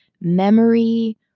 Memory